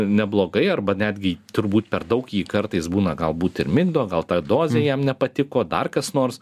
neblogai arba netgi turbūt per daug jį kartais būna galbūt ir migdo gal ta dozė jam nepatiko dar kas nors